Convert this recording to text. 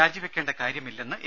രാജിവെക്കേണ്ട കാര്യമില്ലെന്ന് എ